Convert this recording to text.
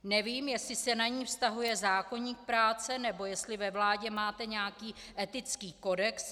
Nevím, jestli se na ni vztahuje zákoník práce, nebo jestli ve vládě máte nějaký etický kodex.